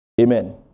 Amen